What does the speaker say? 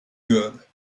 good